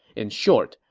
in short,